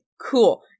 cool